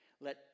Let